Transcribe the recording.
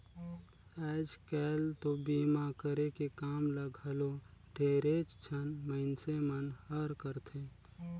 आयज कायल तो बीमा करे के काम ल घलो ढेरेच झन मइनसे मन हर करथे